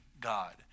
God